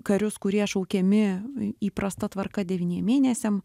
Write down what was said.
karius kurie šaukiami įprasta tvarka devyniem mėnesiam